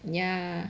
ya